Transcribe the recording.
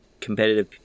competitive